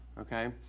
okay